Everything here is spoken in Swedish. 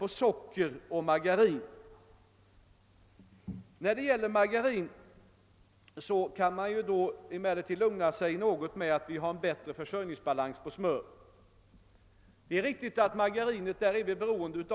I det senare fallet kan vi emellertid lugna oss med att vi har en bättre försörjningsbalans beträffande smör. Det är riktigt att vi när det gäller margarin är beroende